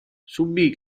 subì